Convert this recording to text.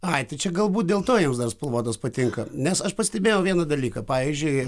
ai tai čia galbūt dėl to jiems dar spalvotos patinka nes aš pastebėjau vieną dalyką pavyzdžiui